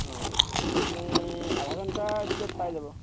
অঁ আপুনি আধা ঘণ্টাৰ ভিতৰত পাই যাব